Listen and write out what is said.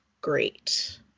great